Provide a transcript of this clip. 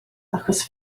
achos